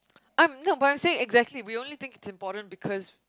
I'm no but I'm saying exactly we only think it's important because